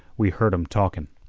we heard em talkin.